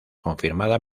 confirmada